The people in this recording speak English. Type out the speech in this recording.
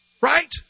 Right